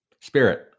Spirit